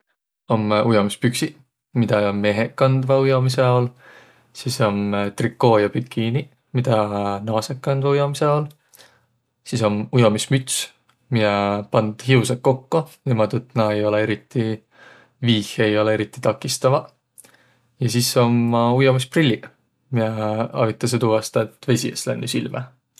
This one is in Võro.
Om ujomispüksiq, midä meheq kandvaq ujomisõ aol. Sis om trikoo ja bikiiniq, midä naasõq kandvaq ujomisõ aol. Sis om ujomismüts, miä pand hiusõq kokko niimuudu, et näq ei olõq eriti viih, ei olõq eriti takistavaq. Ja sis ummaq ujomisprilliq, miä avitasõq tuu vasta, et vesi es lännüq silmä.